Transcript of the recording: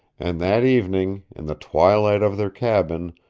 and that evening, in the twilight of their cabin,